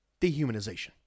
Dehumanization